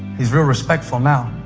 he's really respectful now.